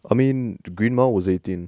I mean the green mile was eighteen